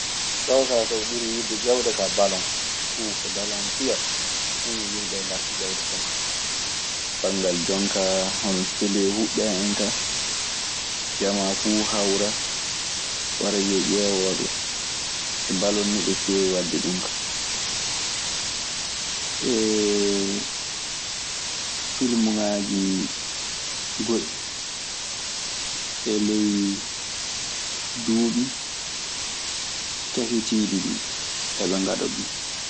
Ɗoo kaa ko yimɓe ɓurii yidde ƴewde kaa balon; so balon ana fiya ɗum yimɓe nggarta ƴewde sanne. Banngal jonkaa, hono telee huɓɓee en kaa. Jamaa fuu hawra wara wiya ƴeewooɓe. Ɗo balon nii ɓe keewi waɗde ɗun kaa. Filmuŋaaji goɗɗi e ley duuɓi cakitiiɗi ɗii eɓe ngaɗa ɗun.